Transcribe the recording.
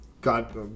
God